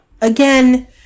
again